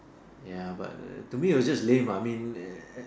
ya but the to me it's just lame lah I mean eh